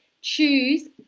choose